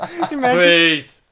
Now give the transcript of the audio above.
please